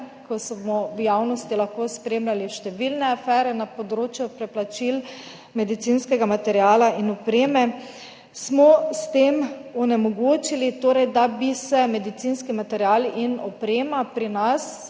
ko smo v javnosti lahko spremljali številne afere na področju preplačil medicinskega materiala in opreme, smo s tem onemogočili, da bi se medicinski material in oprema pri nas